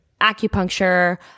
acupuncture